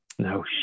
no